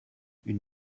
une